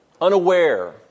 unaware